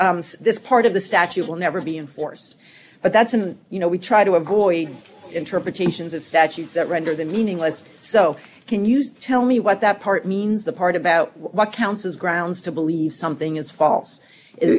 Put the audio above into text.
this part of the statute will never be enforced but that's an you know we try to avoid interpretations of statutes that render the meaningless so can you tell me what that part means the part about what counts as grounds to believe something is false